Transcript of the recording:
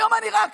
היום אני רק